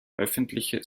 öffentliche